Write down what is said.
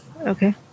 Okay